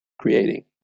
creating